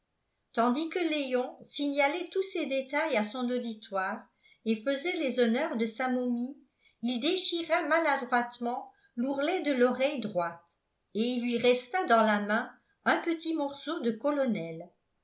tandis que léon signalait tous ces détails à son auditoire et faisait les honneurs de sa momie il déchira maladroitement l'ourlet de l'oreille droite et il lui resta dans la main un petit morceau de colonel